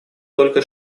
только